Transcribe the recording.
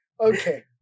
Okay